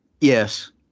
Yes